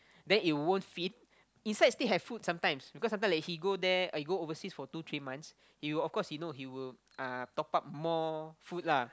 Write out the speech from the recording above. the it won't feed inside still have food sometimes because sometimes like he go there he overseas for two three months he will of course he know he will uh top up more food lah